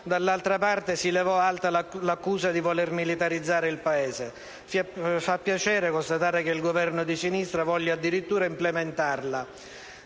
dall'altra parte si levò alta l'accusa di voler militarizzare il Paese. Fa piacere oggi constatare che il Governo di sinistra voglia addirittura implementarla.